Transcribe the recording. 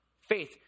faith